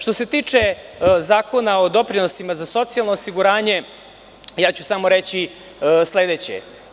Što se tiče Zakona o doprinosima za socijalno osiguranje, ja ću samo reći sledeće.